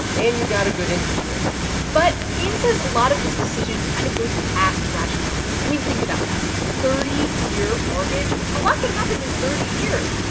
and you got a good interest rate but keynes says a lot of this decision kind of goes past rationality. i mean, think about that a thirty year mortgage. a lot can happen in thirty years.